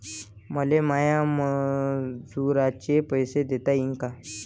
मले माया मजुराचे पैसे देता येईन का?